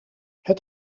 het